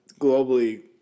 globally